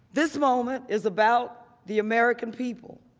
this moment is about the american people.